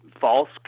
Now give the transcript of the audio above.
false